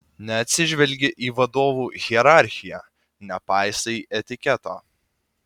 neatsižvelgi į vadovų hierarchiją nepaisai etiketo